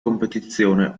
competizione